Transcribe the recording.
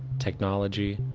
technology,